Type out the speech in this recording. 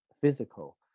physical